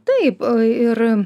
taip ir